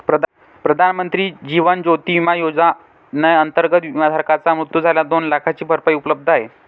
प्रधानमंत्री जीवन ज्योती विमा योजनेअंतर्गत, विमाधारकाचा मृत्यू झाल्यास दोन लाखांची भरपाई उपलब्ध आहे